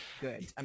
good